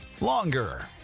longer